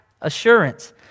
assurance